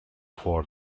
for